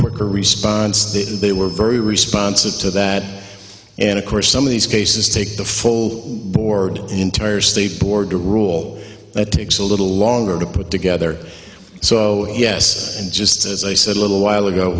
quicker response they said they were very responsive to that and of course some of these cases take the full board in turn sleep board a rule that takes a little longer to put together so yes and just as i said a little while ago